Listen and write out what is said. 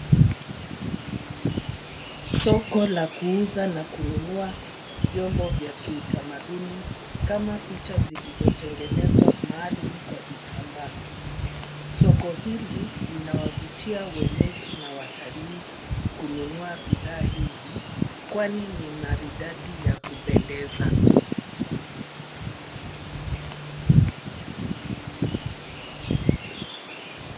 Soko la kuuza na kununua vyombo vya kimataduni kama picha zilizotengenezwa maalum kwa vitambaa. Soko hili linawavutia wenyeji na watalii kununua bidhaa hizi, kwani ni maridadi ya kupendeza.